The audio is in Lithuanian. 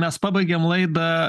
mes pabaigėm laidą